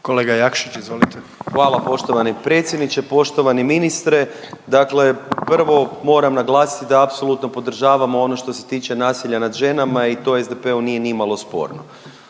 **Jakšić, Mišel (SDP)** Hvala poštovani predsjedniče. Poštovani ministre dakle prvo moram naglasiti da apsolutno podržavamo ono što se tiče nasilja nad ženama i to SDP-u nije ni malo sporno.